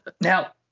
Now